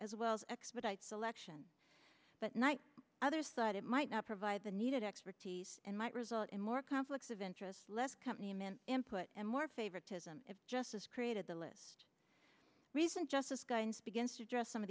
as well as expedite selection but night other side it might not provide the needed expertise and might result in more conflicts of interest less company men input and more favoritism if justice created the list recent justice guidance begins to address some of